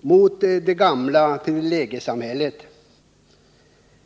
mot det gamla privilegiesamhället.